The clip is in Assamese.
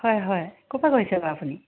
হয় হয় ক'ৰপা কৰিছে বাৰু আপুনি